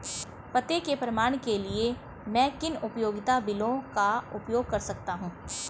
पते के प्रमाण के लिए मैं किन उपयोगिता बिलों का उपयोग कर सकता हूँ?